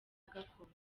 gakondo